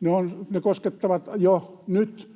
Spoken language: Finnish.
Nämä syvät